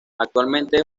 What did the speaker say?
actualmente